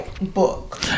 book